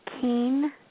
keen